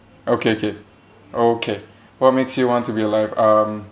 okay okay okay what makes you want to be alive um